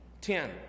Ten